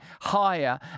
higher